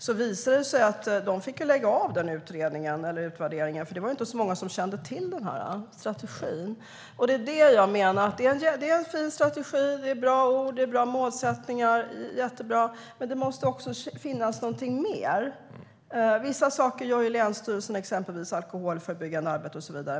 Det visade sig att Statskontoret fick avbryta utvärderingen, för det var inte så många som kände till strategin. Det är en fin strategi, bra ord och bra målsättningar - jättebra - men det måste finnas någonting mer. Vissa saker gör länsstyrelserna, exempelvis alkoholförebyggande arbete.